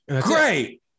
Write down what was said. Great